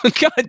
God